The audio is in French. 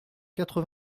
quatre